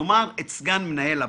כלומר, את סגן מנהל הבנק.